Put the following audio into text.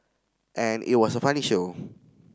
and it was a funny show